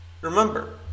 remember